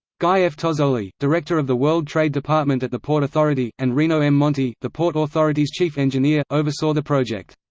guy f. tozzoli, director of the world trade department at the port authority, and rino m. monti, the port authority's chief engineer, oversaw the project.